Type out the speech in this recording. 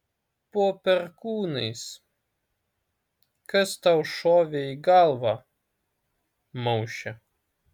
po perkūnais kas tau šovė į galvą mauše